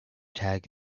tag